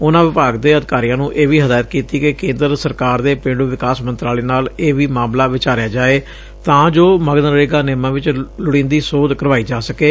ਉਨੂਾਂ ਵਿਭਾਗ ਦੇ ਅਧਿਕਾਰੀਆਂ ਨੂੰ ਇਹ ਵੀ ਹਿਦਾਇਤ ਦਿੱਤੀ ਕਿ ਕੇਂਦਰ ਸਰਕਾਰ ਦੇ ਪੇਂਡੁ ਵਿਕਾਸ ਮੰਤਰਾਲੇ ਨਾਲ ਵੀ ਇਹ ਮਾਮਲਾ ਵਿਚਾਰਿਆ ਜਾਵੇ ਤਾਂ ਜੋ ਮਗਨਰੇਗਾ ਨਿਯਮਾਂ ਵਿਚ ਵੀ ਲੋੜੀਦੀ ਸੋਧ ਕਰਵਾਈ ਜਾ ਸਕੇ